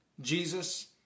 Jesus